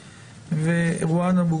בהכנה לקריאה ראשונה,